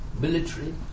military